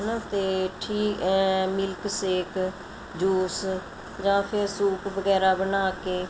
ਹੈ ਨਾ ਅਤੇ ਠੀਕ ਮਿਲਕ ਸ਼ੇਕ ਜੂਸ ਜਾਂ ਫਿਰ ਸੂਪ ਵਗੈਰਾ ਬਣਾ ਕੇ